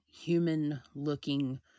human-looking